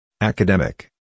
academic